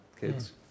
kids